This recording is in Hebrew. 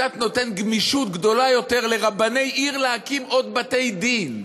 נותן גמישות גדולה קצת יותר לרבני עיר להקים עוד בתי-דין,